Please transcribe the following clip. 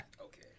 Okay